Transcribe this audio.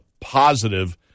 positive